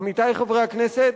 עמיתי חברי הכנסת,